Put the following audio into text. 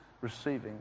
receiving